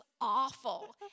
awful